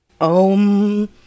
Om